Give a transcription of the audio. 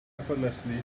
effortlessly